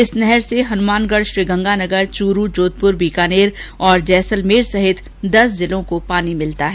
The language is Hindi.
इस नहर से हनुमानगढ़ श्रीगंगानगर चूरू जोधपुर बीकानेर और जैसलमेर सहित दस जिलों को पानी मिलता है